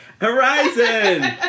Horizon